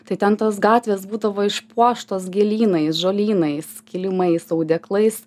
tai ten tos gatvės būdavo išpuoštos gėlynais žolynais kilimais audeklais